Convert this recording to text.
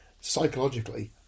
psychologically